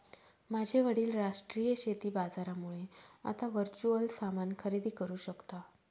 माझे वडील राष्ट्रीय शेती बाजारामुळे आता वर्च्युअल सामान खरेदी करू शकता